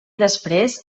després